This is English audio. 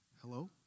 hello